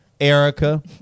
Erica